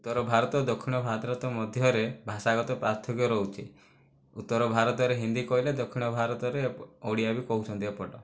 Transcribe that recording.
ଉତ୍ତର ଭାରତ ଦକ୍ଷିଣ ଭାରତ ମଧ୍ୟରେ ଭାଷାଗତ ପାର୍ଥକ୍ୟ ରହୁଛି ଉତ୍ତର ଭାରତରେ ହିନ୍ଦୀ କହିଲେ ଦକ୍ଷିଣ ଭାରତରେ ଓଡ଼ିଆ ବି କହୁଛନ୍ତି ଏପଟ